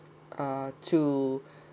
uh to